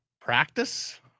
practice